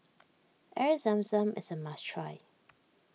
Air Zam Zam is a must try